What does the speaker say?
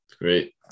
Great